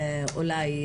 אולי,